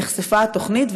נחשפה התוכנית,